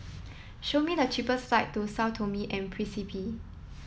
show me the cheapest flights to Sao Tome and Principe